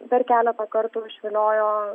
dar keletą kartų išviliojo